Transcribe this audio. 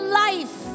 life